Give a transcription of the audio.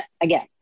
again